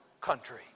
country